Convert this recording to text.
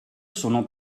sono